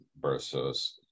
versus